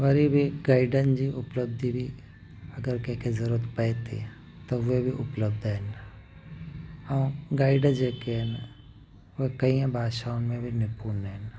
वरी बि गाइडनि जी उपलब्धि बि अगरि कंहिं खे जरूरत पवे थी त उहे बि उपलब्ध आहिनि ऐं गाइड जेके आहिनि उहा कई भाषाउनि में बि निपुण आहिनि